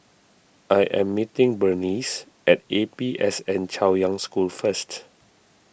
I am meeting Berneice at A P S N Chaoyang School first